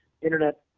Internet